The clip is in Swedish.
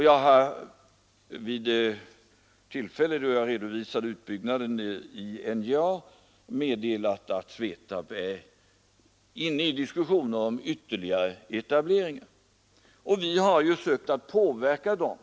Jag har vid det tillfälle då jag redovisade utbyggnaden av NJA meddelat att SVETAB är inne i diskussioner om ytterligare etablering. Och vi har försökt påverka dem.